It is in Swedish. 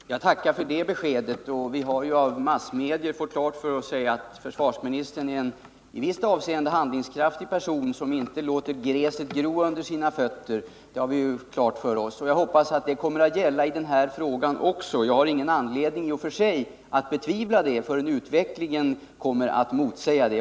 Herr talman! Jag tackar för det beskedet. Av massmedierna har vi ju fått klart för oss att försvarsministern är en i vissa avseenden handlingskraftig person, som inte låter gräset gro under sina fötter. Jag hoppas att det håller streck även när det gäller den här frågan. I och för sig har jag ingen anledning att betvivla detta förrän utvecklingen visar något annat.